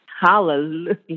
Hallelujah